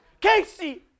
Casey